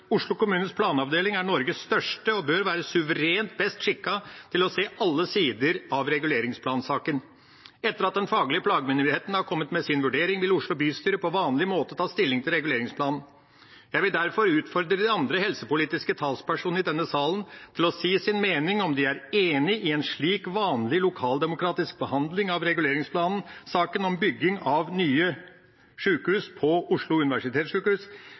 Oslo kommunes planavdeling er Norges største og bør være suverent best skikket til å se alle sider av reguleringsplansaken. Etter at den faglige planmyndigheten har kommet med sin vurdering, vil Oslo bystyre på vanlig måte ta stilling til reguleringsplanen. Jeg vil derfor utfordre de andre helsepolitiske talspersonene i denne salen til å si sin mening, om de er enig i en slik vanlig lokaldemokratisk behandling av reguleringsplanen, saken om bygging av nye sykehus for Oslo